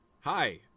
hi